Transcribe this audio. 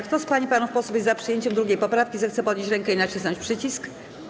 Kto z pań i panów posłów jest za przyjęciem 2. poprawki, zechce podnieść rękę i nacisnąć przycisk.